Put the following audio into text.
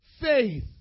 faith